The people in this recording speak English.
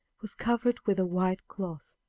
was covered with a white cloth,